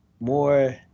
more